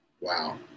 Wow